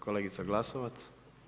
Kolegica Glasovac.